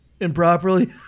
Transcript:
improperly